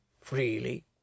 freely